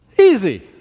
Easy